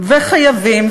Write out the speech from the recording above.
וחייבים,